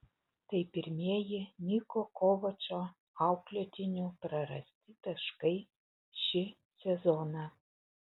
tai pirmieji niko kovačo auklėtinių prarasti taškai šį sezoną